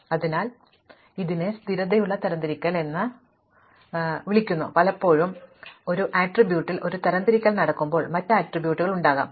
അതിനാൽ ഇതിനെ സ്ഥിരതയുള്ള തരംതിരിക്കൽ എന്ന് വിളിക്കുന്നു പലപ്പോഴും നിങ്ങൾ ഒരു ആട്രിബ്യൂട്ടിൽ ഒരു തരംതിരിക്കൽ നടത്തുമ്പോൾ എന്നാൽ മറ്റ് ആട്രിബ്യൂട്ടുകൾ ഉണ്ടാകാം